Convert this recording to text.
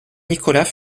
nicolas